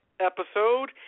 Episode